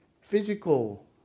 physical